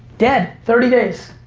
dead, thirty days.